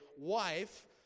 wife